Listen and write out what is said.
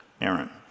Aaron